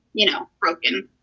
you know, broken.